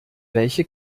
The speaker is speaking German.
welche